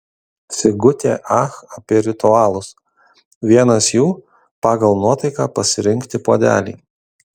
sigutė ach apie ritualus vienas jų pagal nuotaiką pasirinkti puodelį